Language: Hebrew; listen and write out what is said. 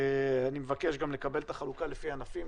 אני גם מבקש לקבל את החלוקה לפי ענפים,